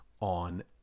on